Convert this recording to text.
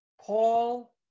Paul